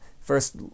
first